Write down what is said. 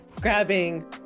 grabbing